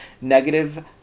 Negative